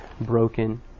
broken